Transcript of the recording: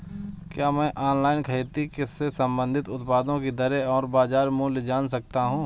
क्या मैं ऑनलाइन खेती से संबंधित उत्पादों की दरें और बाज़ार मूल्य जान सकता हूँ?